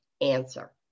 answer